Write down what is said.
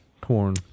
Corn